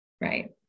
Right